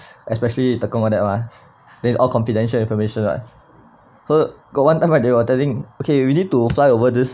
especially the there's all confidential information lah he got one time got were telling okay we need to fly over this